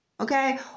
okay